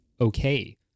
okay